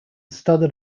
studied